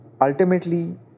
ultimately